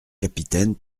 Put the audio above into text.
capitaine